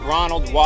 Ronald